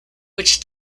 which